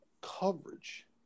coverage